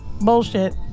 bullshit